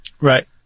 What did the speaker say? Right